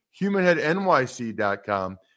Humanheadnyc.com